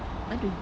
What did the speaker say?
a !duh!